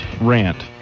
rant